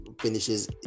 finishes